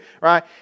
right